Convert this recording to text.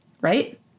right